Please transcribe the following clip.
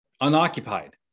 unoccupied